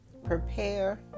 Prepare